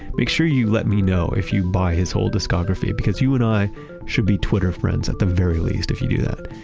make sure you let me know if you buy his whole discography because you and i should be twitter friends at the very least if you do that.